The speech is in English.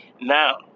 now